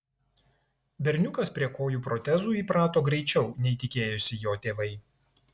berniukas prie kojų protezų įprato greičiau nei tikėjosi jo tėvai